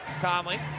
Conley